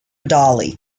dolly